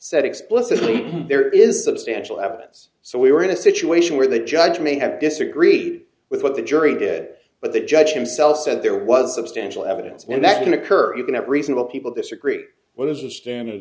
said explicitly there is substantial evidence so we were in a situation where the judge may have disagreed with what the jury did but the judge himself said there was substantial evidence and that can occur you can have reasonable people disagree what is the stand